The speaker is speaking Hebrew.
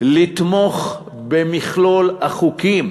לתמוך במכלול החוקים